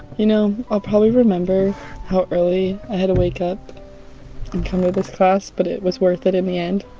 you know, i'll probably remember how early and wake up and come to this class. but it was worth it in the end.